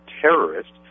terrorists